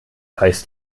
heißt